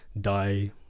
die